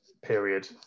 period